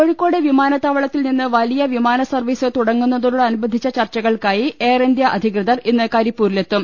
കോഴിക്കോട് വിമാനത്താവളത്തിൽനിന്ന് വലിയ വിമാന സർവീസ് തുടങ്ങുന്നതിനോടനുബന്ധിച്ചു ചർച്ചകൾക്കായി എയർഇന്ത്യ അധികൃതർ ഇന്ന് കരിപ്പൂരിലെത്തും